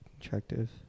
attractive